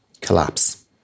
collapse